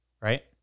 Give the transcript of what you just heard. right